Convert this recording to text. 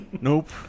Nope